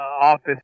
office